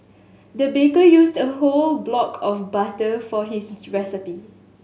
the baker used a whole block of butter for this recipe